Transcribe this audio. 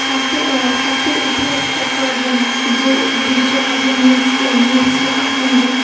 স্বাস্থ্যের স্বাস্থ্যের ইতিহাস ট্র্যাক করার জন্য যে ডিজিটাল আইডি নিয়ে এসেছে নিয়ে এসেছে কেন্দ্র